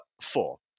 four